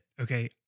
Okay